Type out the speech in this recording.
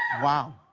wow.